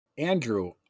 Andrew